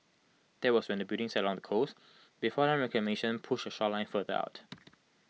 that was when the building sat along the coast before land reclamation push the shoreline further out